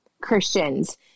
Christians